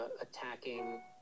attacking